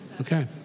Okay